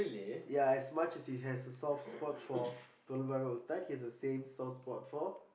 ya as much as he has a soft spot for telok-blangah Ustad he has the same soft spot for